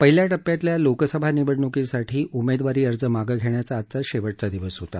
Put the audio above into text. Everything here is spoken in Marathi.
पहिल्या टप्प्यातल्या लोकसभा निवडण्कीसाठी उमेदवारी अर्ज मागं घेण्याचा आज शेवटचा दिवस होता